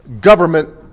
government